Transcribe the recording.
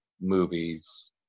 movies